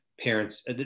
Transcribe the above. parents